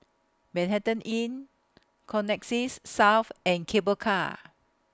Manhattan Inn Connexis South and Cable Car